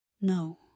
No